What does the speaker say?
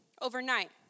overnight